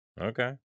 Okay